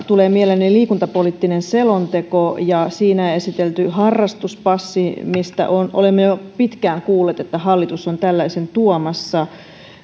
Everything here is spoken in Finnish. tulee mieleeni liikuntapoliittinen selonteko ja siinä esitelty harrastuspassi mistä olemme jo pitkään kuulleet että hallitus on tällaisen tuomassa